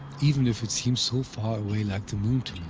even if it seems so far away like the moon to